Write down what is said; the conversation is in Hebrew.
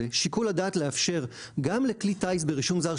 שיקול הדעת לאפשר גם לכלי טיס ברישום זר,